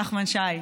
נחמן שי,